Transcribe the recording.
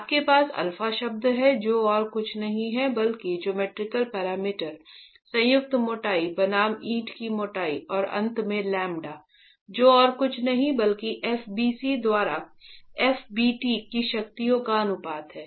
आपके पास अल्फा शब्द है जो और कुछ नहीं है बल्कि जोमेट्रिकल पैरामीटर संयुक्त मोटाई बनाम ईंट की मोटाई और अंत में लैम्ब्डा जो और कुछ नहीं बल्कि f bc द्वारा f bt की शक्तियों का अनुपात है